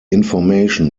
information